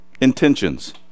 intentions